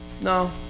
No